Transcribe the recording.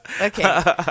Okay